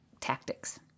tactics